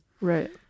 Right